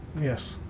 yes